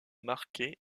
marquet